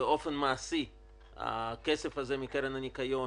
אנחנו כמובן מבינים שבאופן מעשי הכסף הזה מקרן הניקיון